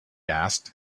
asked